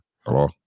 Hello